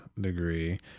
degree